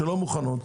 שלא מוכנות,